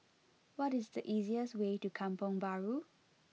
what is the easiest way to Kampong Bahru